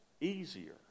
easier